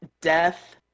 death